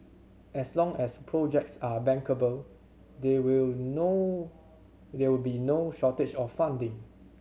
as long as projects are bankable there will no it will be no shortage of funding